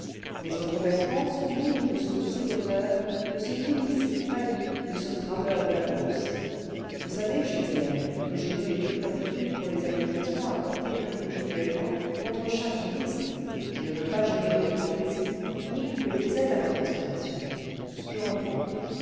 les autres bertrands sont dignes de ce boursicoteur de ce coulissier failli cle ce trappeur de la bourse vous savez jeunes élèves que j'ai donné toute latitude pour les accusations à porter individuellement contre chaque ministre je ne veux pas gêner votre fantaisie ni couper les ailes à votre inspiration je reprends